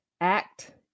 Act